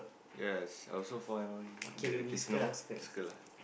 yes I also find the casino circle lah